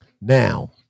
Now